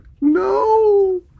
no